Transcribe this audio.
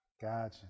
Gotcha